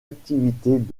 activités